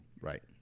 Right